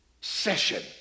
session